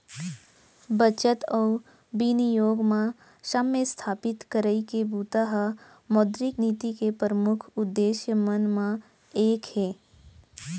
बचत अउ बिनियोग म साम्य इस्थापित करई के बूता ह मौद्रिक नीति के परमुख उद्देश्य मन म एक हे